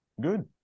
good